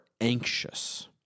anxious